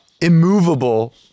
immovable